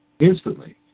instantly